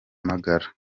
magara